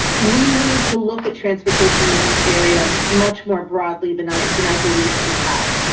we need to look at transportation in this area, much more broadly than i than i believe that we have.